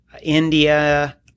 India